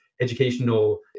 educational